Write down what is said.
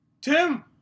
Tim